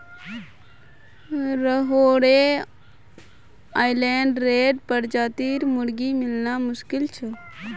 Rhode Island red प्रजातिर मुर्गी मिलना मुश्किल छ